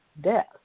death